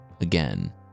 again